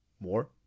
more